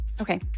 Okay